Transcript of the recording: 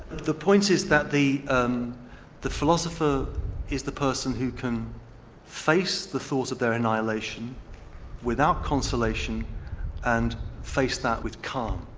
the point is that the um the philosopher is the person who can face the thought of their annihilation without consolation and face that with calm,